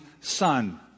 son